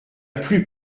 plus